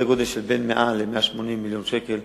של בין 100 ל-180 מיליון שקל,